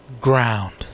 Ground